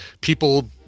people